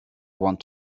want